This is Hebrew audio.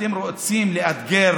אתם רוצים לאתגר